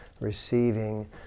receiving